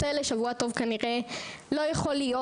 האלה שבוע טוב כנראה לא יכול להיות,